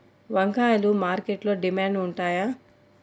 వంకాయలు మార్కెట్లో డిమాండ్ ఉంటాయా?